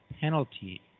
penalty